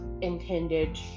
intended